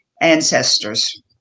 ancestors